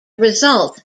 result